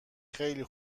خیلی